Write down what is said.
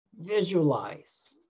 Visualize